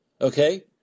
okay